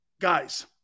Guys